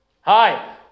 Hi